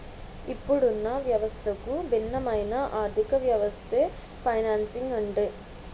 ఇప్పుడున్న వ్యవస్థకు భిన్నమైన ఆర్థికవ్యవస్థే ఫైనాన్సింగ్ అంటే